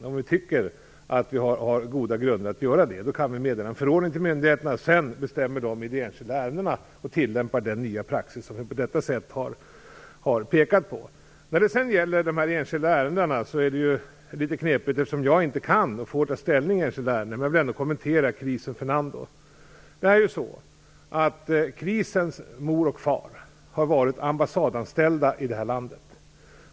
Om regeringen tycker att det finns goda grunder för detta kan den meddela en förordning till myndigheterna, och sedan bestämmer dessa i de enskilda ärendena och tillämpar den nya praxis som vi på detta sätt har pekat på. När det sedan gäller de enskilda ärendena är det litet knepigt eftersom jag inte kan eller får ta ställning i enskilda ärenden. Jag vill ändå kommentera fallet med Chrisen Fernando. Chrisens mor och far har varit ambassadanställda i Sverige.